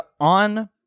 on